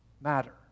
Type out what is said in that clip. matter